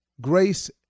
grace